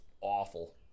Awful